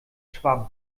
schwamm